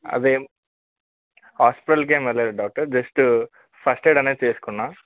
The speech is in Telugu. అదేం హాస్పిటల్కు ఏమి వెళ్ళలేదు డాక్టర్ జస్ట్ ఫస్ట్ ఎయిడ్ అనేది చేసుకున్న